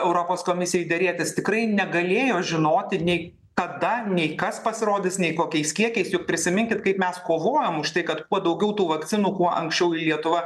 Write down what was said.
europos komisijoj derėtis tikrai negalėjo žinoti nei kada nei kas pasirodys nei kokiais kiekiais juk prisiminkit kaip mes kovojom už tai kad kuo daugiau tų vakcinų kuo anksčiau į lietuvą